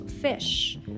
fish